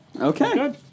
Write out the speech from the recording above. Okay